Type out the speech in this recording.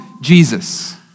Jesus